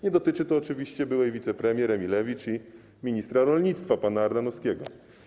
Nie dotyczy to oczywiście byłej wicepremier Emilewicz i ministra rolnictwa, pana Ardanowskiego.